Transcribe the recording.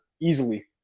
easily